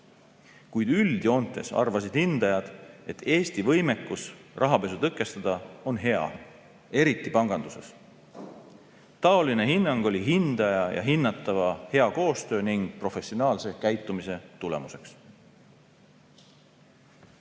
Üldjoontes arvasid hindajad, et Eesti võimekus rahapesu tõkestada on hea, eriti panganduses. Taoline hinnang oli hindaja ja hinnatava hea koostöö ning professionaalse käitumise tulemus.